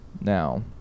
now